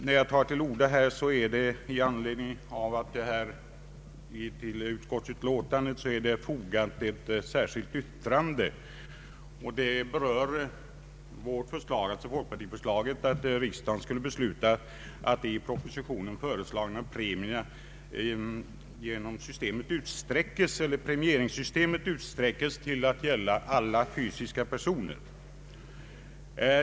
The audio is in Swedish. När jag tar till orda är det i anledning av att till utlåtandet fogats ett särskilt yttrande som berör folkparti förslaget om att det i propositionen föreslagna premieringssystemet skulle utsträckas till att gälla alla fysiska personer.